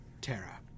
Terra